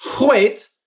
Wait